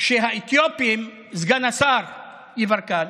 כשהאתיופים, סגן השר יברקן,